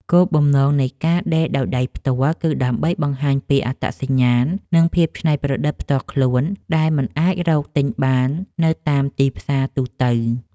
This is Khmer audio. គោលបំណងនៃការដេរដោយដៃផ្ទាល់គឺដើម្បីបង្ហាញពីអត្តសញ្ញាណ និងភាពច្នៃប្រឌិតផ្ទាល់ខ្លួនដែលមិនអាចរកទិញបាននៅតាមទីផ្សារទូទៅ។